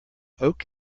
oak